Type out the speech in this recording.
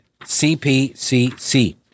CPCC